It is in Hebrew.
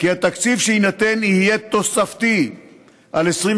כי התקציב שיינתן יהיה תוספתי על 27